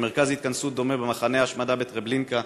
מרכז התכנסות דומה במחנה ההשמדה בטרבלינקה,